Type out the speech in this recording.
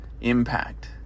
impact